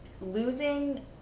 losing